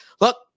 look